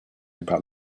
about